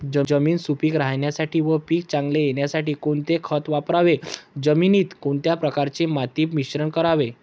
जमीन सुपिक राहण्यासाठी व पीक चांगले येण्यासाठी कोणते खत वापरावे? जमिनीत कोणत्या प्रकारचे माती मिश्रण करावे?